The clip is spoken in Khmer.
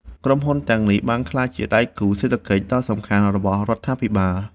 ក្រុមហ៊ុនទាំងនេះបានក្លាយជាដៃគូសេដ្ឋកិច្ចដ៏សំខាន់របស់រដ្ឋាភិបាល។